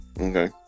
Okay